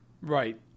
Right